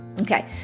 Okay